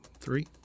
Three